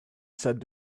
said